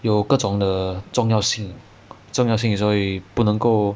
有各种的重要性重要性所以不能够